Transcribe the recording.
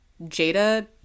jada